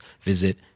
visit